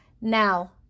Now